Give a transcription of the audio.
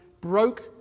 broke